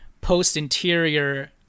post-interior